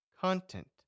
content